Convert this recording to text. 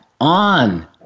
on